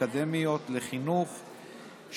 אקדמיות לחינוך,